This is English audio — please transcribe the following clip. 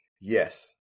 yes